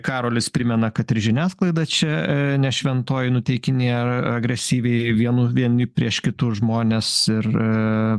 karolis primena kad ir žiniasklaida čia ne šventoji nuteikinėja agresyviai vienu vieni prieš kitus žmones ir